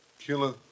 Killer